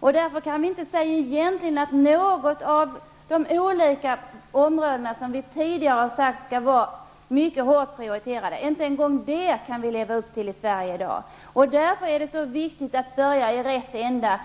direkt. Därför kan vi egentligen inte säga att något av de olika områden som vi tidigare har sagt skall vara mycket hårt prioriterade är det. Inte ens det kan vi leva upp till i Sverige i dag. Därför är det så viktigt att man börjar i rätt ände.